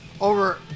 over